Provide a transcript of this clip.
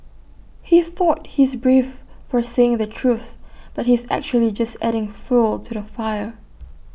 he thought he's brave for saying the truth but he's actually just adding fuel to the fire